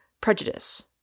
prejudice